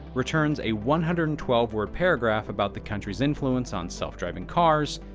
returns a one hundred and twelve word paragraph about the country's influence on self-driving cars,